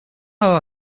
how